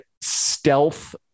stealth